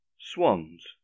Swans